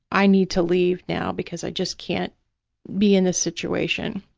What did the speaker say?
i need to leave now because i just can't be in this situation,